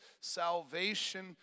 salvation